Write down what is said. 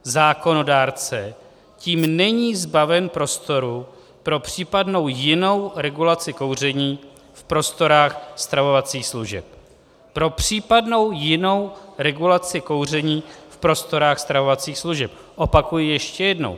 Zákonodárce tím není zbaven prostoru pro případnou jinou regulaci kouření v prostorách stravovacích služeb Pro případnou jinou regulaci kouření v prostorách stravovacích služeb, opakuji ještě jednou.